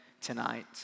tonight